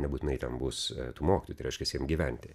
nebūtinai ten bus tų mokytojų tai reiškias jiem gyventi